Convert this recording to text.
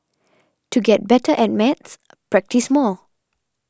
to get better at maths practise more